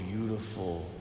beautiful